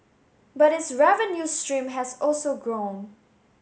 but its revenue stream has also grown